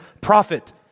prophet